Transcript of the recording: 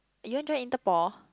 you want join Interpol